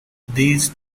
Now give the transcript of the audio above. these